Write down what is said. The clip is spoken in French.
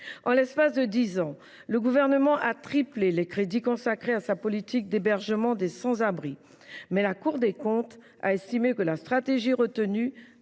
En l’espace de dix ans, le Gouvernement a triplé les crédits consacrés à sa politique d’hébergement des sans abri. La Cour des comptes a estimé que la stratégie retenue